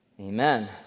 amen